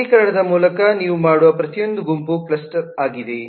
ವರ್ಗೀಕರಣದ ಮೂಲಕ ನೀವು ಮಾಡುವ ಪ್ರತಿಯೊಂದು ಗುಂಪು ಕ್ಲಸ್ಟರ್ ಆಗಿದೆ